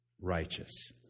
righteous